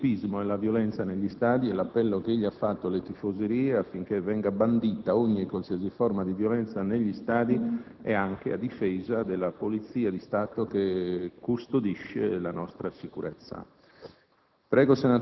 contro il teppismo e la violenza negli stadi e l'appello alle tifoserie affinché sia bandita ogni forma di violenza negli stadi, anche a difesa della Polizia di Stato, custode della nostra sicurezza.